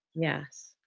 Yes